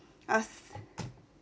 I was